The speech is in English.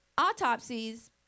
autopsies